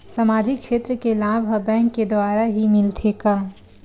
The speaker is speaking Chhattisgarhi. सामाजिक क्षेत्र के लाभ हा बैंक के द्वारा ही मिलथे का?